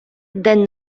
день